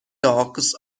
dogs